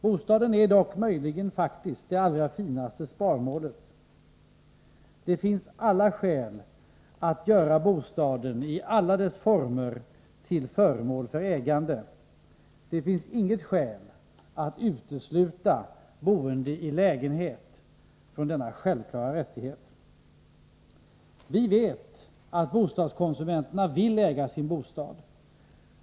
Bostaden är dock möjligen faktiskt det allra finaste sparmålet. Det finns alla skäl att göra bostaden i alla dess former till föremål för ägande. Det finns inga skäl att utesluta boende i lägenhet från denna självklara rättighet. Vi vet att bostadskonsumenterna vill äga sin bostad.